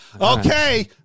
Okay